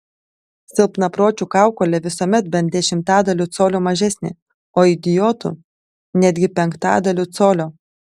silpnapročių kaukolė visuomet bent dešimtadaliu colio mažesnė o idiotų netgi penktadaliu colio